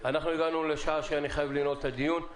אנחנו הגענו לשעה שאני חייב לנעול את הדיון.